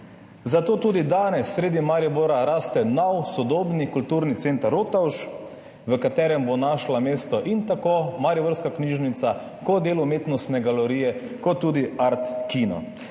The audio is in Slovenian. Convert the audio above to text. Zato tudi danes sredi Maribora raste nov sodobni kulturni center Rotovž, v katerem bodo našli mesto mariborska knjižnica, del umetnostne galerije in tudi art kino.